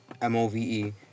M-O-V-E